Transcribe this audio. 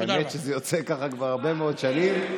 האמת שזה יוצא כך כבר הרבה מאוד שנים,